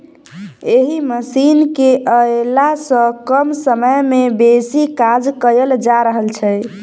एहि मशीन केअयला सॅ कम समय मे बेसी काज कयल जा रहल अछि